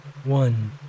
One